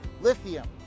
lithium